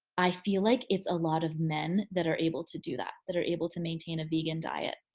i feel like it's a lot of men that are able to do that. that are able to maintain a vegan diet.